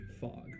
fog